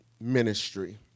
ministry